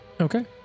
okay